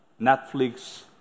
Netflix